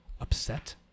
upset